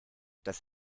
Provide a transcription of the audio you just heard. dass